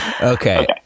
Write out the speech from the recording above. Okay